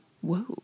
whoa